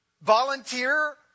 volunteer